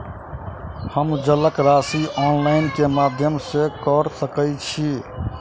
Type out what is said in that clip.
हम जलक राशि ऑनलाइन केँ माध्यम सँ कऽ सकैत छी?